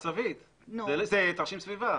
זה תרשים סביבה.